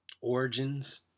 Origins